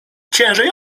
ciężej